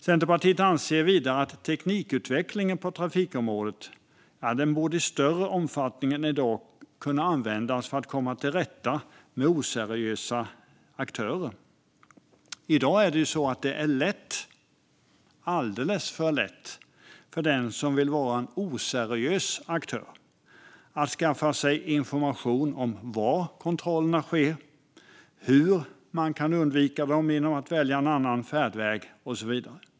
Centerpartiet anser vidare att teknikutvecklingen på trafikområdet i större omfattning än i dag borde kunna användas för att komma till rätta med oseriösa aktörer. I dag är det alldeles för lätt för den som vill vara en oseriös aktör att skaffa sig information om var kontrollerna sker, hur man kan undvika dem genom att välja en annan färdväg och så vidare.